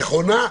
נכונה,